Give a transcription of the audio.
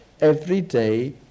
everyday